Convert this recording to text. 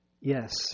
yes